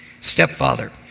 stepfather